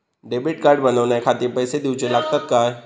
Debit card बनवण्याखाती पैसे दिऊचे लागतात काय?